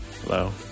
Hello